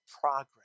progress